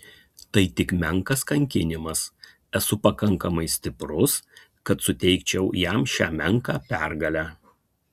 tai tik menkas kankinimas esu pakankamai stiprus kad suteikčiau jam šią menką pergalę